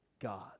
God